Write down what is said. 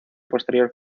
posterior